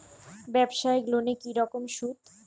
ব্যবসায়িক লোনে কি রকম সুদ?